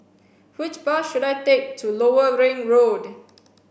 which bus should I take to Lower Ring Road